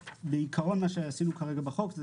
בעיקרון מה שעשינו כרגע בחוק, זה